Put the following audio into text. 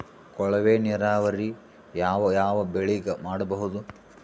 ಕೊಳವೆ ನೀರಾವರಿ ಯಾವ್ ಯಾವ್ ಬೆಳಿಗ ಮಾಡಬಹುದು?